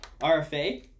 RFA